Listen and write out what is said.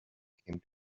came